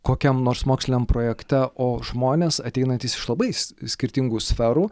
kokiam nors moksliniam projekte o žmonės ateinantys iš labais skirtingų sferų